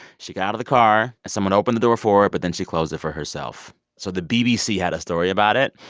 she got out of the car, and someone opened the door for her. but then she closed it for herself. so the bbc had a story about it.